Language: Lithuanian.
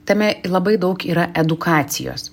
tame labai daug yra edukacijos